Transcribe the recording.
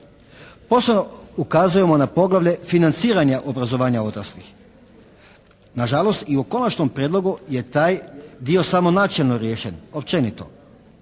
Posebno ukazujemo na poglavlje financiranja obrazovanja odraslih. Nažalost, i u konačnom prijedlogu je taj dio samo načelno riješen općenito.